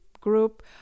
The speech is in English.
group